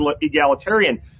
egalitarian